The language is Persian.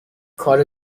کار